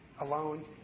alone